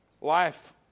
life